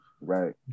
Right